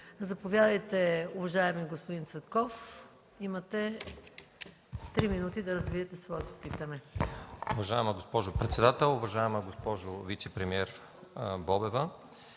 Заповядайте, уважаеми господин Цветков – имате три минути да развиете своето питане.